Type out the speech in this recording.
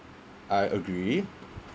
I agree